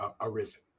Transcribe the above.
arisen